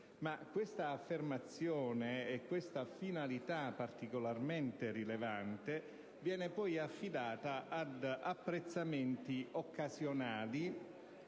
produttivo del Paese. Questa finalità particolarmente rilevante viene poi affidata ad apprezzamenti occasionali,